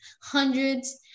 hundreds